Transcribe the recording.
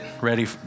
ready